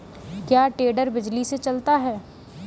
क्या टेडर बिजली से चलता है?